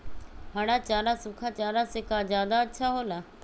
हरा चारा सूखा चारा से का ज्यादा अच्छा हो ला?